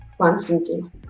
constantly